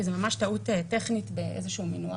כי זה ממש טעות טכנית באיזה שהוא מינוח.